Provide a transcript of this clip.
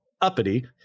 uppity